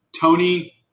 Tony